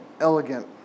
elegant